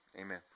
Amen